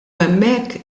hemmhekk